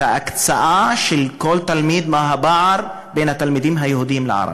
ההקצאה לכל תלמיד ואת הפער בין התלמידים היהודים והערבים,